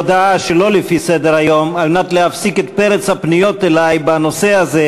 הודעה שלא לפי סדר-היום: על מנת להפסיק את פרץ הפניות אלי בנושא הזה,